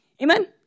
Amen